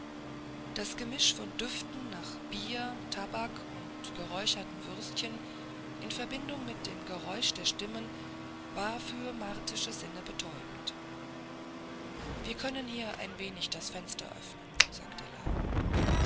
das gemisch von düften nach bier tabak und geräucherten würstchen in verbindung mit dem geräusch der stimmen war für martische sinne betäubend wir können hier ein wenig das fenster öffnen sagte la